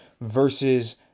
versus